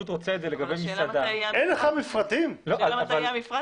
השאלה מתי יהיה המפרט הזה.